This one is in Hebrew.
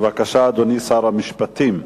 בבקשה, אדוני שר המשפטים.